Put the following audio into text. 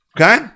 okay